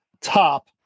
top